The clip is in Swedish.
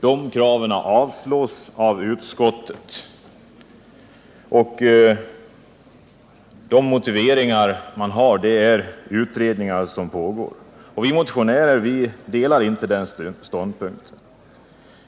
Dessa krav avstyrks av civilutskottet med motiveringen att utredningar pågår. Vi motionärer kan inte ansluta oss till utskottets mening.